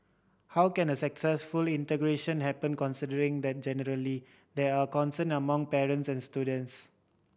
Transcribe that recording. how can a successful integration happen considering that generally there are concern among parents and students